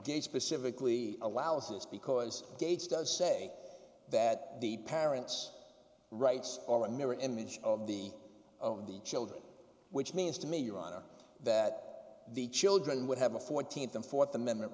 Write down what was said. again specifically allows this because states does say that the parent's rights are a mirror image of the of the children which means to me your honor that the children would have a fourteenth and fourth amendment